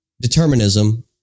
Determinism